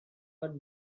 for